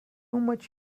much